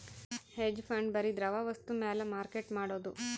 hedge fund ಬರಿ ದ್ರವ ವಸ್ತು ಮ್ಯಾಲ ಮಾರ್ಕೆಟ್ ಮಾಡೋದು